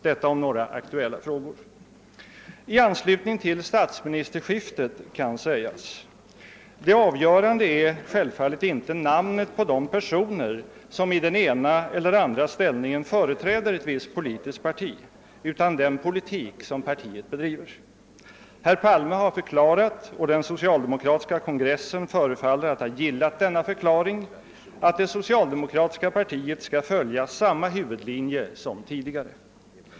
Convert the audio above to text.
Detta vill jag ha sagt om några aktuella frågor. kan sägas att det avgörande självfallet inte är namnet på de personer som i den ena eller andra ställningen företräder ett politiskt parti utan den politik som partiet bedriver. Herr Palme har förklarat, och den socialdemokratiska partikongressen förefaller att ha gillat denna förklaring, att det socialdemokratiska partiet skall följa samma huvudlinje som tidigare.